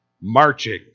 marching